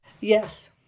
Yes